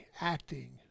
acting